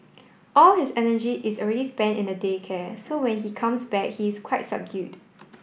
all his energy is already spent in the day care so when he comes back he is quite subdued